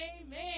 amen